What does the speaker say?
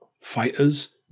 fighters